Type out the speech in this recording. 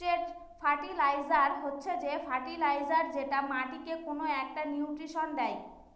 straight fertiliser হচ্ছে যে fertiliser যেটা মাটিকে কোনো একটা নিউট্রিশন দেয়